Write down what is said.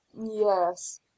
yes